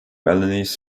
balinese